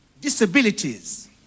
disabilities